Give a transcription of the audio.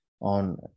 on